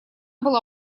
была